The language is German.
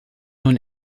nun